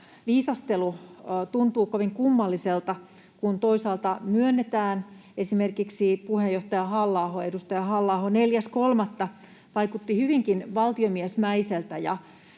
saliviisastelu tuntuu kovin kummalliselta, kun toisaalta myönnetään ja esimerkiksi puheenjohtaja, edustaja Halla-aho 4.3. vaikutti hyvinkin valtiomiesmäiseltä